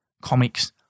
comics